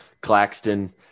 claxton